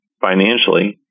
financially